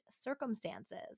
circumstances